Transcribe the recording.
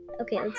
Okay